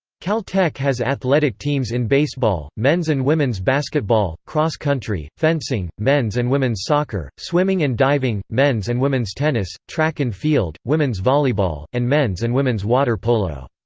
caltech has athletic teams in baseball, men's and women's basketball, cross country, fencing, men's and women's soccer, swimming and diving, men's and women's tennis, track and field, women's volleyball, and men's and women's water polo.